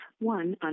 one